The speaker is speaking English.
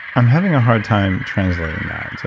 i'm having a hard time translating that. so